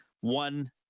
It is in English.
one